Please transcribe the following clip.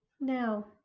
Now